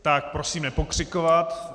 Tak prosím nepokřikovat.